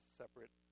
separate